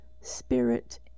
spirit